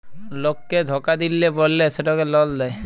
লককে ধকা দিল্যে বল্যে সেটকে লল দেঁয়